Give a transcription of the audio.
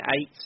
eight